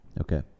Okay